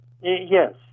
Yes